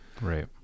Right